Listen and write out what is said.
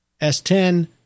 S10